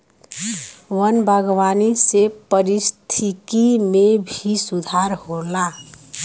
वन बागवानी से पारिस्थिकी में भी सुधार होला